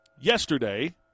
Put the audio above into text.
yesterday